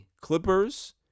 Clippers